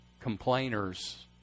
Complainers